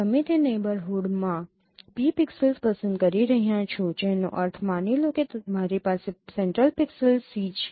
તમે તે નેબરહૂડમાં P પિક્સેલ્સ પસંદ કરી રહ્યાં છો જેનો અર્થ માની લો કે મારી પાસે સેન્ટ્રલ પિક્સેલ 'c' છે